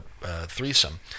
threesome